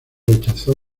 rechazó